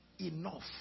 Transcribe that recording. enough